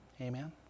Amen